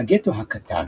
הגטו הקטן,